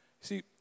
See